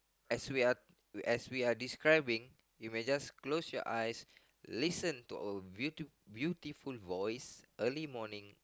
as we are as we are describing you may just close your eyes listen to our beauty beautiful voice early morning